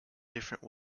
different